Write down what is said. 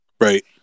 right